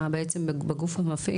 בעצם בגוף המפעיל?